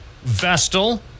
Vestal